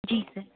जी sir